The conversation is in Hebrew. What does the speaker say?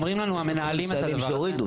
הורידו,